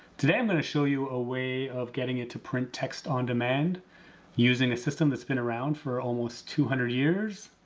today i'm going to show you a way of getting it to print text on demand using a system that's been around for almost two hundred years.